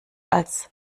als